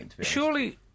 Surely